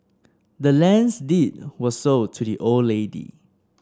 the land's deed was sold to the old lady